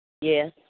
Yes